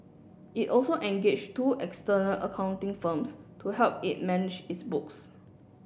it also engaged two external accounting firms to help it manage its books